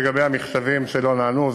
לגבי המכתבים שלא נענו,